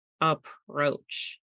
approach